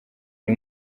ari